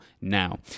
now